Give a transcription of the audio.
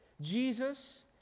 Jesus